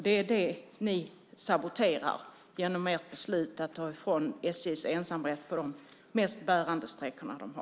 Det är det ni saboterar genom ert beslut att ta ifrån SJ ensamrätten på de mest bärande sträckorna.